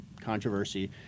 controversy